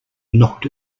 knocked